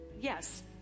Yes